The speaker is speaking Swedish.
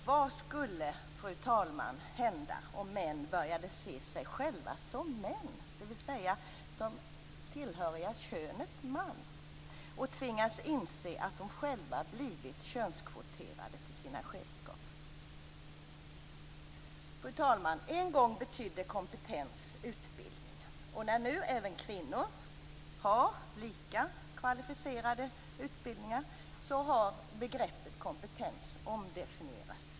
Vad skulle hända, fru talman, om män började se sig själva som män, dvs. som tillhöriga könet man, och tvingades inse att de själva blivit könskvoterade till sina chefskap? Fru talman! En gång betydde kompetens utbildning. När nu även kvinnor har lika kvalificerade utbildningar har begreppet kompetens omdefinierats.